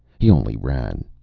he only ran.